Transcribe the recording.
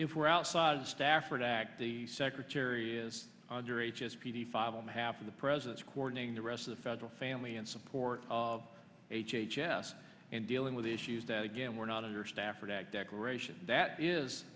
if we're outside stafford act the secretary is under h s p five i'm half of the president's coordinating the rest of the federal family in support of h h s and dealing with issues that again were not under stafford act declaration that is